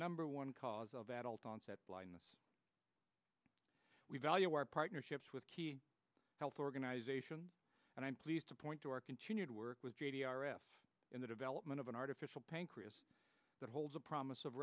number one cause of adult onset blindness we value our partnerships with health organization and i'm pleased to point to our continued work with a d r s in the development of an artificial pancreas that holds a promise of